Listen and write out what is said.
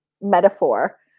metaphor